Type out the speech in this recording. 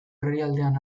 herrialdean